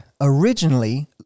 originally